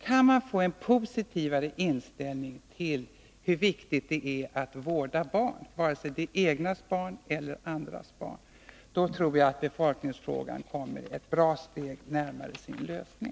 Kan man få en positivare inställning till hur viktigt det är att vårda barn, vare sig det är egna barn eller andras barn, tror jag att befolkningsfrågan kommer ett bra steg närmare sin lösning.